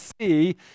see